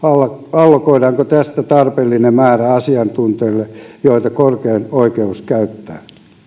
allokoidaanko tästä tarpeellinen määrä asiantuntijoille joita korkein oikeus käyttää